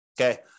Okay